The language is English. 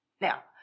Now